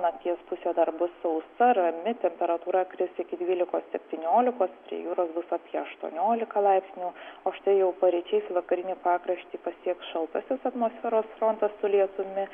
nakties pusė dar bus sausa rami temperatūra kris iki dvylikos septyniolikos prie jūros bus apie aštuonioliką laipsnių o štai jau paryčiais vakarinį pakraštį pasieks šaltasis atmosferos frontas su lietumi